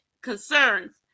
concerns